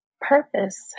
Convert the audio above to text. Purpose